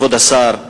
כבוד השר,